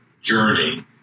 journey